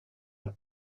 leur